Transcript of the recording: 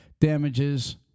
damages